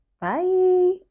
Bye